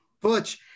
Butch